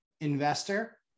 investor